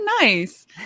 nice